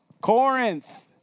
Corinth